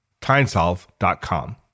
TimeSolve.com